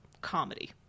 comedy